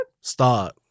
Start